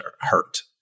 hurt